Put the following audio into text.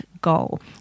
goal